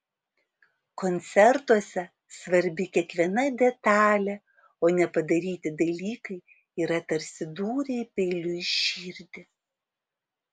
koncertuose svarbi kiekviena detalė o nepadaryti dalykai yra tarsi dūriai peiliu į širdį